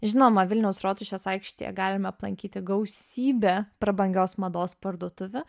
žinoma vilniaus rotušės aikštėje galime aplankyti gausybę prabangios mados parduotuvių